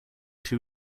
two